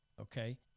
okay